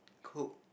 cook